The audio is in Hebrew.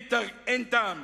אין טעם